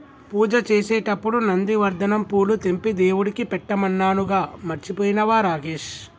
పూజ చేసేటప్పుడు నందివర్ధనం పూలు తెంపి దేవుడికి పెట్టమన్నానుగా మర్చిపోయినవా రాకేష్